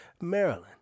Maryland